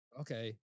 okay